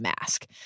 mask